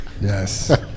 Yes